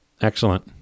Excellent